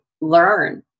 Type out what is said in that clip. learn